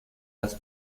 las